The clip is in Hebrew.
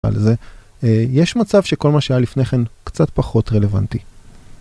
יש מצב שכל מה שהיה לפני כן קצת פחות רלוונטי.